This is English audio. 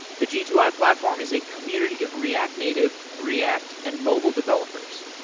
the g two i platform is a community of react native, react and mobile developers.